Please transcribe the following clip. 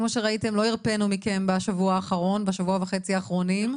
כפי שראיתם, לא הרפינו מכם בשבוע וחצי האחרונים.